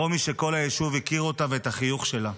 רומי, שכל היישוב הכיר אותה ואת החיוך שלה.